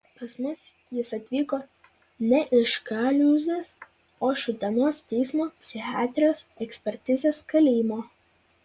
pas mus jis atvyko ne iš kaliūzės o iš utenos teismo psichiatrijos ekspertizės kalėjimo